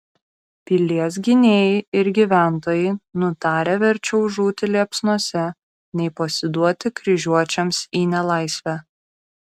pilies gynėjai ir gyventojai nutarę verčiau žūti liepsnose nei pasiduoti kryžiuočiams į nelaisvę